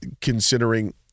considering